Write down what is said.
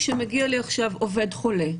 כשמגיע אליי עכשיו עובד חולה,